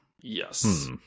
Yes